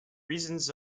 reasons